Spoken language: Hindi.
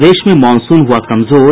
प्रदेश में मॉनसून हुआ कमजोर